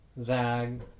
zag